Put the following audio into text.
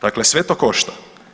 Dakle, sve to košta.